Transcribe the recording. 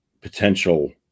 potential